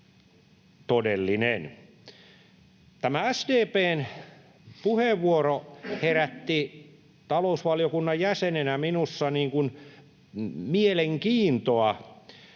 todellinen. Tämä SDP:n puheenvuoro herätti talousvaliokunnan jäsenenä minussa mielenkiintoa.